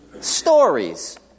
Stories